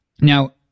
now